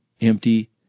empty